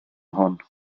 hwn